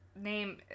name